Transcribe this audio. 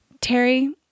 terry